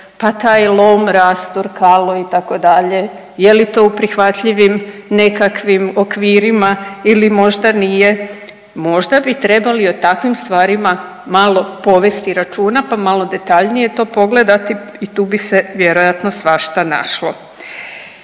pa taj lom, rastor, kalo itd., je li to u prihvatljivim nekakvim okvirima ili možda nije. Možda bi trebali o takvim stvarima malo povesti računa pa malo detaljnije to pogledati i tu bi se vjerojatno svašta našlo.